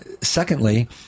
Secondly